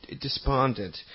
despondent